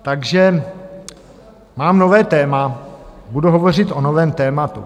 Takže mám nové téma, budu hovořit o novém tématu.